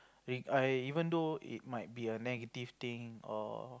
ring I even though it might be a negative thing or